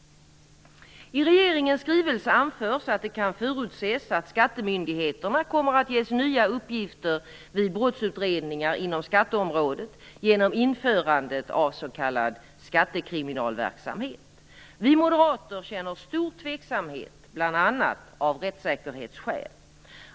I regeringens skrivelse anförs att det kan förutses att skattemyndigheterna kommer att ges nya uppgifter vid brottsutredningar inom skatteområdet genom införandet av s.k. skattekriminalverksamhet. Vi moderater känner stor tveksamhet, bl.a. av rättssäkerhetsskäl.